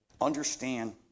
Understand